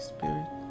Spirit